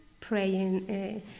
praying